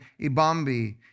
Ibambi